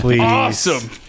awesome